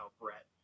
Brett